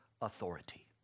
authority